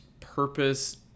Purpose